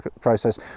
process